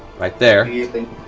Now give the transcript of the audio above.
right there. yeah